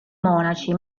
monaci